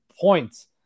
points